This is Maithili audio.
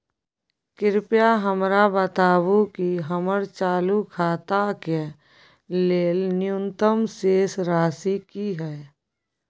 कृपया हमरा बताबू कि हमर चालू खाता के लेल न्यूनतम शेष राशि की हय